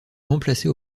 remplacé